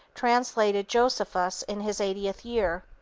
translated josephus in his eightieth year.